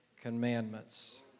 commandments